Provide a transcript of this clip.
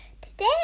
Today